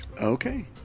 Okay